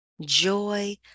joy